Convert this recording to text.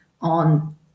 on